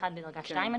אחד בדרגה 2,